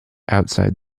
outside